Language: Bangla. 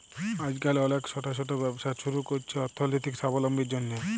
আইজকাল অলেক ছট ছট ব্যবসা ছুরু ক্যরছে অথ্থলৈতিক সাবলম্বীর জ্যনহে